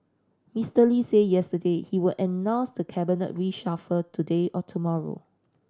Mister Lee say yesterday he will announce the cabinet reshuffle today or tomorrow